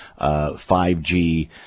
5G